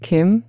Kim